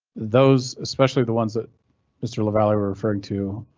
those, especially the ones that mr. lavalley referred to